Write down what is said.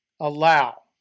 allow